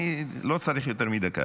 אני לא צריך יותר מדקה.